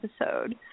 episode